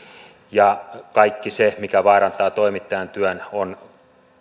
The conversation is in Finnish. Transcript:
ja kaikki se mikä vaarantaa toimittajan työn on